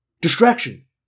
Distraction